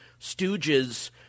stooges